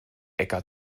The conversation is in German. äcker